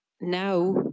now